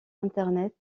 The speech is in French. internet